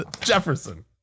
Jefferson